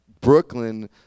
Brooklyn